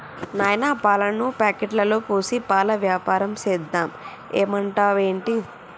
నాయనా పాలను ప్యాకెట్లలో పోసి పాల వ్యాపారం సేద్దాం ఏమంటావ్ ఏంటి